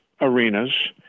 arenas